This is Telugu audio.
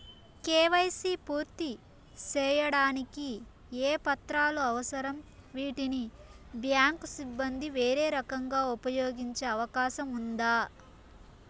కే.వై.సి పూర్తి సేయడానికి ఏ పత్రాలు అవసరం, వీటిని బ్యాంకు సిబ్బంది వేరే రకంగా ఉపయోగించే అవకాశం ఉందా?